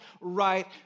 right